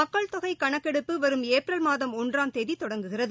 மக்கள் தொகை கணக்கெடுப்பு வரும் ஏப்ரல் மாதம் ஒன்றாம் தேதி தொடங்குகிறது